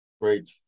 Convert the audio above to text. Great